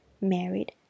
married